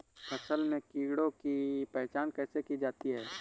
फसल में कीड़ों की पहचान कैसे की जाती है?